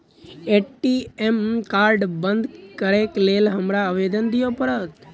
ATM card बंद करैक लेल हमरा आवेदन दिय पड़त?